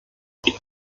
wir